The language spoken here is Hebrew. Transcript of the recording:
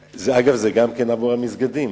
אגב, זה גם כן עבור המסגדים,